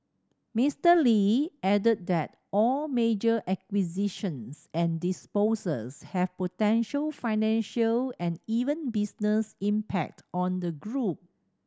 Mister Lee added that all major acquisitions and disposals have potential financial and even business impact on the group